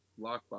lockbox